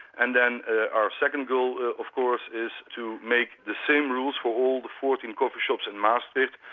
and then our second goal of course is to make the same rules for all the fourteen coffee shops in maastricht,